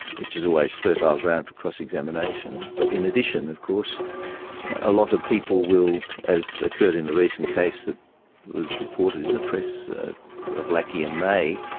which is always fertile ground for cross-examination. but in addition of course a lot of people will, as occurred in the recent case that was reported in the press of lackey and mae,